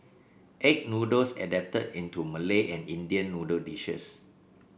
egg noodles adapted into Malay and Indian noodle dishes